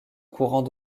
courant